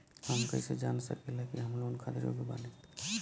हम कईसे जान सकिला कि हम लोन खातिर योग्य बानी?